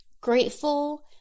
grateful